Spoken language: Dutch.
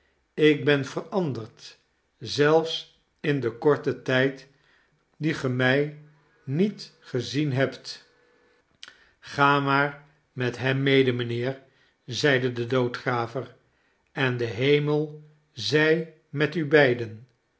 ik ben veranderd zelfs in den korten tijd dien ge mij niet gezien hebt ga maar met hem mede mijnheer zeide de doodgraver en de hemelzij met u beiden